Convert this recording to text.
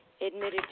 admitted